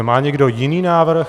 Má někdo jiný návrh?